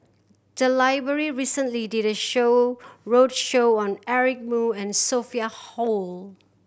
the library recently did a show roadshow on Eric Moo and Sophia Hull